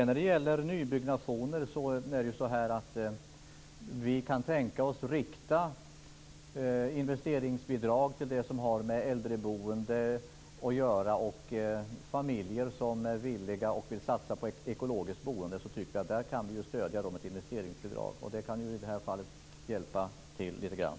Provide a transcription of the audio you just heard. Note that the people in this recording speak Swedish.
När det gäller nybyggnationer kan vi tänka oss att rikta investeringsbidrag till det som har att göra med äldreboende och familjer som är villiga att satsa på ekologiskt boende. Vi tycker att vi kan stödja dem med ett investeringsbidrag. Det kan i det här fallet hjälpa till lite grann.